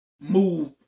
move